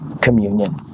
communion